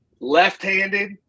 Left-handed